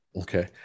Okay